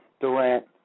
Durant